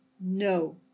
no